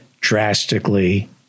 drastically